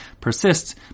persists